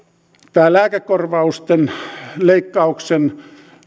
tämä lääkekorvausten leikkauksen